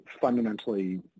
fundamentally